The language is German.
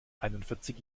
einundvierzig